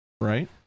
Right